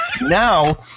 Now